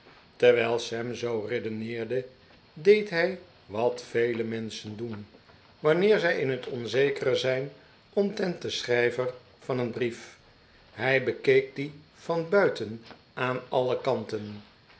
terwijl sam zoo redeneerde deed hij wat vele menschen doen wanneer zij in het onzekere zijn omtrent den schrijver van een brief hij bekeek dien van buiten aan alle kanten